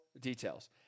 details